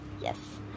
Yes